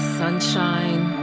sunshine